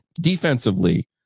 defensively